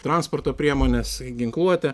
transporto priemones ginkluotę